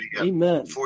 Amen